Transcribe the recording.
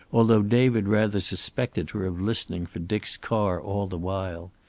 although david rather suspected her of listening for dick's car all the while.